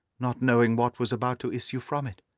not knowing what was about to issue from it.